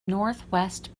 northwest